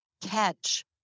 catch